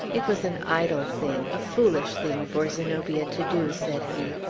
it was an idle thing a foolish thing for zenobia to do, said he.